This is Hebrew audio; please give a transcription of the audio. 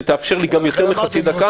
כדי שתאפשר לי גם יותר מחצי דקה.